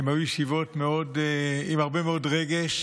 הן היו ישיבות עם הרבה מאוד רגש,